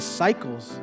cycles